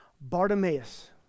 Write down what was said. Bartimaeus